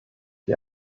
die